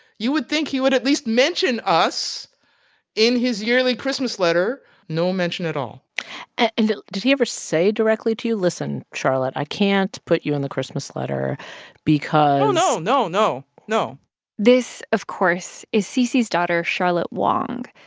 you would think he would at least mention us in his yearly christmas letter no mention at all and did he he ever say directly to you, listen, charlotte, i can't put you in the christmas letter because. oh, no, no, no, no this, of course, is cc's daughter, charlotte wang,